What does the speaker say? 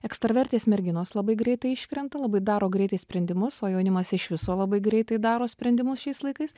ekstravertės merginos labai greitai iškrenta labai daro greitai sprendimus o jaunimas iš viso labai greitai daro sprendimus šiais laikais